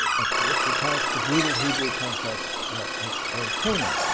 exodus, recounts the brutal hebrew conquest of of canaan.